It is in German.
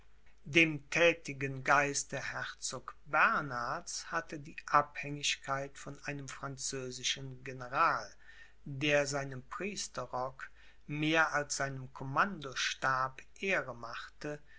dem thätigen geiste herzog bernhards hatte die abhängigkeit von einem französischen general der seinem priesterrock mehr als seinem commandostab ehre machte